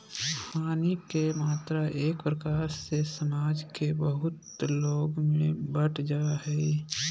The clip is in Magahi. हानि के मात्रा एक प्रकार से समाज के बहुत लोग में बंट जा हइ